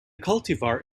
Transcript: cultivar